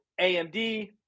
amd